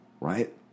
right